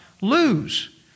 lose